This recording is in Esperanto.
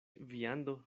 viando